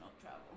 travel